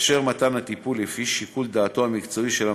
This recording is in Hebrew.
יתאפשר מתן הטיפול לפי שיקול דעתו המקצועי של המטפל.